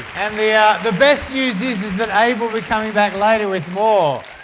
and the ah the best news is is that abe will be coming back later with more.